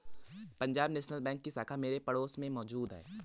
Punjab National Bank की शाखा मेरे पड़ोस में मौजूद है